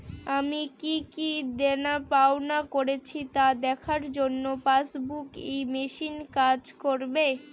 আমি কি কি দেনাপাওনা করেছি তা দেখার জন্য পাসবুক ই মেশিন কাজ করবে?